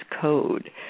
code